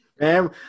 Man